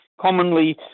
Commonly